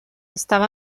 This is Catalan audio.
estava